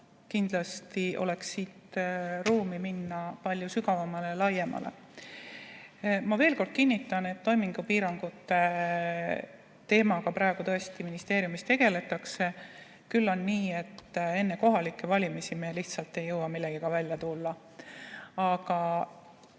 kindlasti oleks siit ruumi minna palju sügavamale ja laiemaks. Ma veel kord kinnitan, et toimingupiirangute teemaga tõesti praegu ministeeriumis tegeldakse. Küll aga on nii, et enne kohalikke valimisi me lihtsalt ei jõua millegagi välja tulla. Ma